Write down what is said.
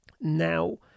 now